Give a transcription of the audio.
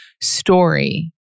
story